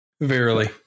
Verily